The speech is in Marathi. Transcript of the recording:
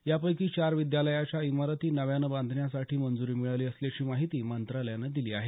या पैकी चार विद्यालयांच्या इमारती नव्यानं बांधण्यासाठी मंजूरी मिळाली असल्याची माहिती मंत्रालयानं दिली आहे